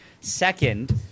Second